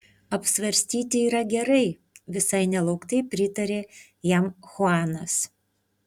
apsvarstyti yra gerai visai nelauktai pritarė jam chuanas